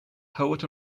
poet